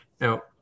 Now